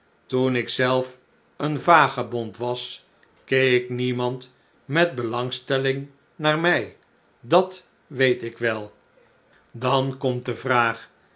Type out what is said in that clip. bounderby toenik zelf een vagebond was keek niemand met belangstelling naar mij dat weet ik wel dan komt de vraag